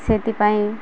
ସେଥିପାଇଁ